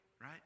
right